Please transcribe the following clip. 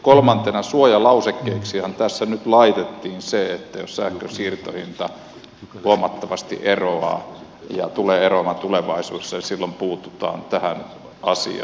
kolmantena suojalausekkeeksihan tässä nyt laitettiin se että jos sähkön siirtohinta huomattavasti eroaa ja tulee eroamaan tulevaisuudessa niin silloin puututaan tähän asiaan